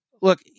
look